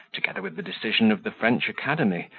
together with the decision of the french academy,